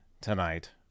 tonight